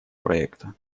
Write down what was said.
проекта